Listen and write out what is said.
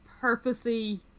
purposely